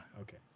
Okay